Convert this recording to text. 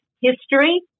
history